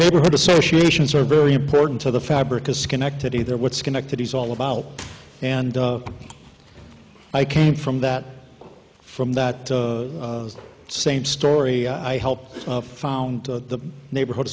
neighborhood associations are very important to the fabric of schenectady their what's connected is all about and i came from that from that same story i helped found the neighborhood